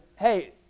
hey